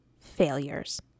failures